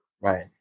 Right